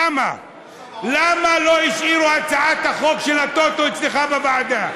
למה לא השאירו את הצעת החוק של הטוטו אצלך בוועדה?